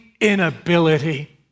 inability